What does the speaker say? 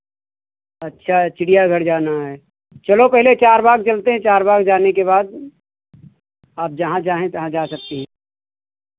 अच्छा चिड़िया घर जाना है चलो पहले चार बाग़ चलते हैं चार बाग़ जाने के बाद आप जहाँ चाहें तहाँ जा सकती हैं